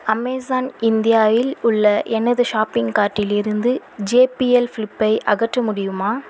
Amazon இந்தியாயில் உள்ள எனது ஷாப்பிங் கார்ட்டில் இருந்து ஜேபிஎல் ஃப்ளிப்பை அகற்ற முடியுமா